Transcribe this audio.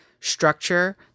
structure